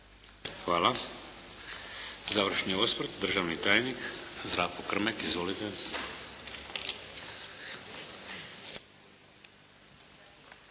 Hvala. Završni osvrt, državni tajnik Zdravko Krmek. Izvolite.